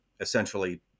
essentially